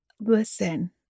Listen